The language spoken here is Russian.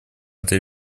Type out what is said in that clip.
это